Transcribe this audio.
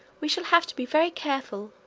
we shall have to be very careful,